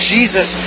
Jesus